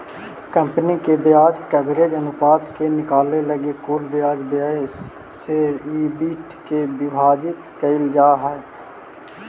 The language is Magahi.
कंपनी के ब्याज कवरेज अनुपात के निकाले लगी कुल ब्याज व्यय से ईबिट के विभाजित कईल जा हई